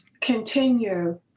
continue